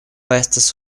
estas